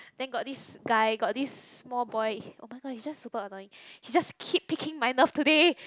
then got this guy got this small boy oh-my-god he's just super annoying he just keep picking my nerve today